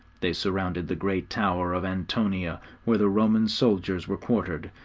they surrounded the great tower of antonia where the roman soldiers were quartered,